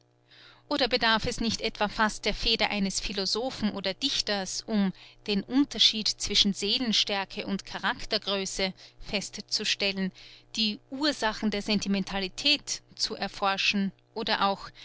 oder bedarf es nicht etwa fast der feder eines philosophen oder dichters um den unterschied zwischen seelenstärke und charaktergröße festzustellen die ursachen der sentimentalität zu erforschen oder auch